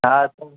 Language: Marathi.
हा